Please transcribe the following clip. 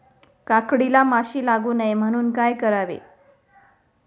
काकडीला माशी लागू नये म्हणून काय करावे?